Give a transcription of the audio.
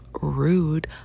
rude